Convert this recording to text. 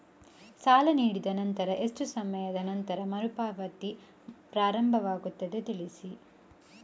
ಸಾಲ ನೀಡಿದ ನಂತರ ಎಷ್ಟು ಸಮಯದ ನಂತರ ಮರುಪಾವತಿ ಪ್ರಾರಂಭವಾಗುತ್ತದೆ ತಿಳಿಸಿ?